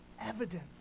evidence